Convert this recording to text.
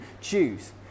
choose